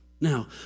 Now